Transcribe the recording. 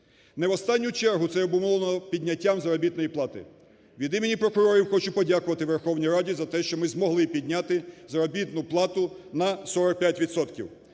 Не в останню чергу це обумовлено підняттям заробітної плати. Від імені прокурорів хочу подякувати Верховній Раді за те, що ми змогли підняти заробітну плату на 45